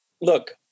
Look